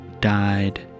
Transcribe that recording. died